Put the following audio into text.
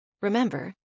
Remember